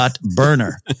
Burner